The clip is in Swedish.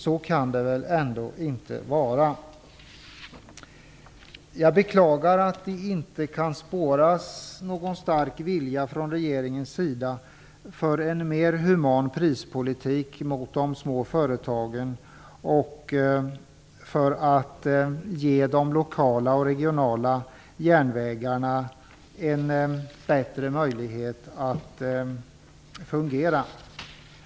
Så kan det väl ändå inte vara. Jag beklagar att det inte kan spåras någon stark vilja från regeringens sida för en mer human prispolitik gentemot de små företagen för att ge de lokala och regionala järnvägarna en bättre möjlighet att fungera.